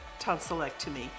tonsillectomy